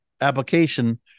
application